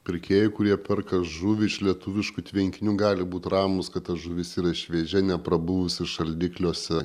pirkėjų kurie perka žuvį iš lietuviškų tvenkinių gali būt ramūs kad ta žuvis yra šviežia neprabuvusi šaldikliuose